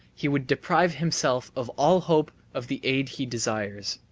he would deprive himself of all hope of the aid he desires.